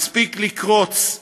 מספיק לקרוץ,